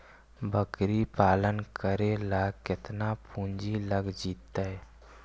बकरी पालन करे ल केतना पुंजी लग जितै?